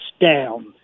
down